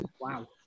Wow